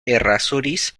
errázuriz